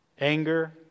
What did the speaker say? Anger